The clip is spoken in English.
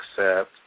accept